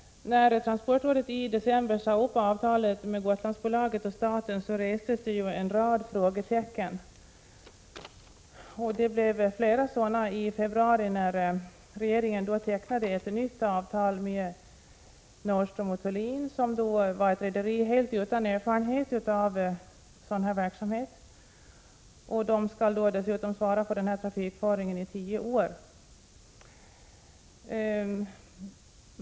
När transportrådet i december sade upp avtalet med Gotlandsbolaget och staten restes en rad frågor. I februari tecknade regeringen ett nytt avtal med Nordström & Thulin, ett rederi helt utan erfarenhet av sådan verksamhet, vilket nu skall ansvara för Gotlandstrafiken i tio år.